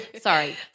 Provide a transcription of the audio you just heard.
Sorry